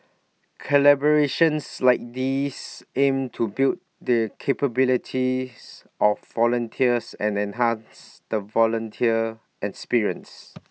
collaborations like these aim to build the capabilities of the volunteers and enhance the volunteer experience